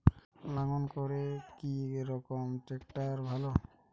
লাঙ্গল করতে কি রকম ট্রাকটার ভালো?